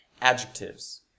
adjectives